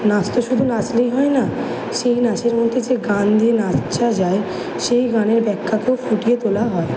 নাচ তো শুধু নাচলেই হয় না সেই নাচের মধ্যে যে গান দিয়ে নাচা যায় সেই গানের ব্যাখ্যাকেও ফুটিয়ে তোলা হয়